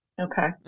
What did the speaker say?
Okay